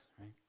right